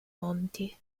monti